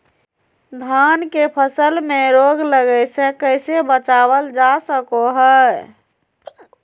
धान के फसल में रोग लगे से कैसे बचाबल जा सको हय?